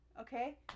Okay